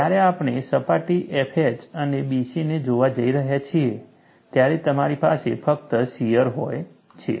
જ્યારે આપણે સપાટી FH અને BC ને જોવા જઈ રહ્યા છીએ ત્યારે તમારી પાસે ફક્ત શિયર હોય છે